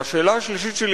והשאלה השלישית שלי,